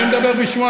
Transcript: אני מדבר בשמו,